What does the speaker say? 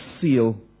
seal